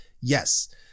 Yes